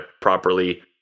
properly